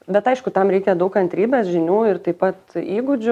bet aišku tam reikia daug kantrybės žinių ir taip pat įgūdžių